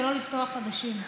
ולא לפתוח חדשים.